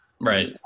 Right